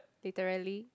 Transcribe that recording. literally